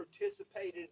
participated